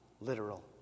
literal